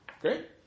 Great